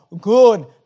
good